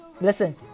Listen